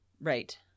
Right